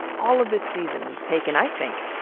all of this season we've taken, i think,